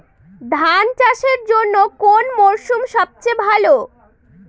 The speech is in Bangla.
ধান চাষের জন্যে কোন মরশুম সবচেয়ে ভালো?